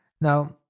Now